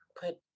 put